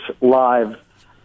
live